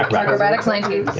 but acrobatics, nineteen.